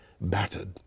battered